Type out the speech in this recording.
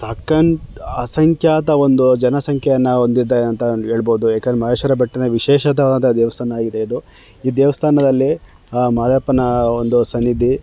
ಸಕ್ಕನ್ ಅಸಂಖ್ಯಾತ ಒಂದು ಜನಸಂಖ್ಯೆಯನ್ನ ಒಂದಿದೆ ಅಂತ ಹೇಳ್ಬೋದು ಯಾಕೆಂದ್ರೆ ಮಹದೇಶ್ವರ ಬೆಟ್ಟದ ವಿಶೇಷತೆವಾದ ದೇವಸ್ಥಾನ ಆಗಿದೆ ಇದು ಈ ದೇವಸ್ಥಾನದಲ್ಲಿ ಆ ಮಾದಪ್ಪನ ಒಂದು ಸನ್ನಿಧಿ